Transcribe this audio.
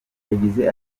yagize